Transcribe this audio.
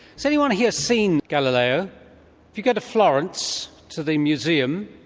so anyone here seen galileo? if you go to florence, to the museum,